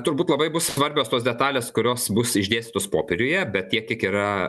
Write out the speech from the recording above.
turbūt labai bus svarbios tos detalės kurios bus išdėstytos popieriuje bet tiek kiek yra